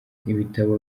ibitabo